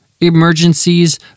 emergencies